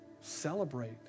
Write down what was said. celebrate